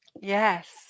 Yes